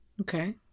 Okay